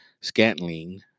Scantling